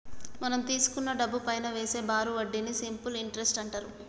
మనం తీసుకున్న డబ్బుపైనా వేసే బారు వడ్డీని సింపుల్ ఇంటరెస్ట్ అంటారు